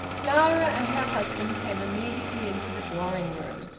clara and her husband came immediately into the drawing-room.